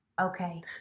okay